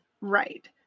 right